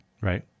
Right